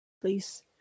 please